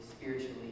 spiritually